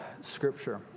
Scripture